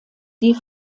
die